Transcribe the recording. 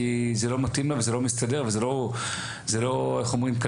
זה לא מתאים לה וזה לא מסתדר וזה לא כלכלי.